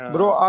Bro